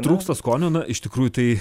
trūksta skonio na iš tikrųjų tai